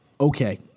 okay